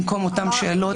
במקום אותן שאלות.